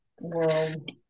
World